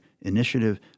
Initiative